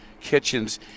kitchens